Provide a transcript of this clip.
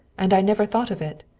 and i never thought of it!